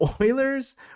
Oilers